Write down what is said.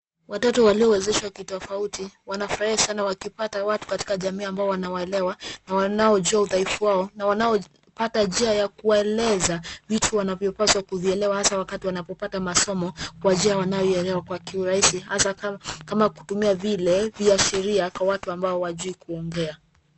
Watoto waliowezeshwa kitofauti wanafurahi sana wakipata watu katika jamii ambao wanawalewa na wanaojua udhaifu wao na wanaopata njia ya kueleza vitu wanavyopaswa kuvielewa hasa wakati wanapopata masomo kwa njia wanayoielewa kwa kiurahisi hasa kama kutumia vile viashiria kwa watu ambao hawajui kuongea.